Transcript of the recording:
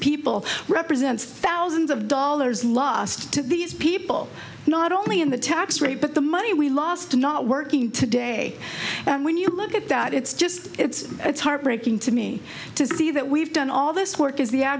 people represents thousands of dollars lost to these people not only in the tax rate but the money we lost to not working today and when you look at that it's just it's it's heartbreaking to me to see that we've done all this work is the